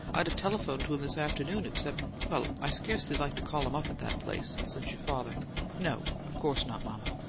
i'd have telephoned to him this afternoon except well, i scarcely like to call him up at that place, since your father no, of course not, mama.